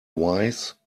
wise